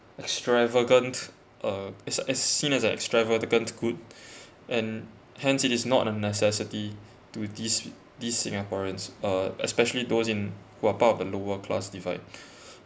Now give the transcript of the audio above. extravagant uh is is seen as an extravagant good and hence it is not a necessity to these these singaporeans uh especially those in who are part of the lower class divide